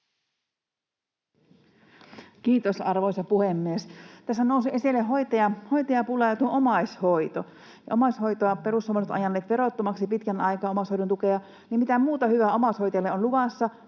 Kiitos, arvoisa puhemies! Tässä nousivat esille hoitajapula ja omaishoito, ja omaishoidon tukea perussuomalaiset ovat ajaneet verottomaksi pitkän aikaa. Mitä muuta hyvää omaishoitajille on luvassa?